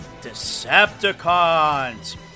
Decepticons